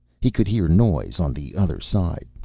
he could hear noise on the other side,